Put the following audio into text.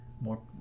more